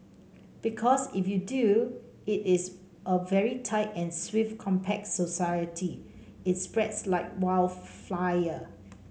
because if you do it is a very tight and swift compact society it spreads like wild fire